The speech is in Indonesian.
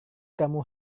kamu